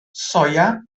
soia